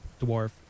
Dwarf